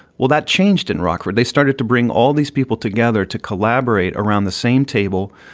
well, that changed in rockford. they started to bring all these people together to collaborate around the same table,